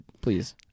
Please